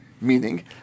Meaning